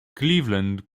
cleveland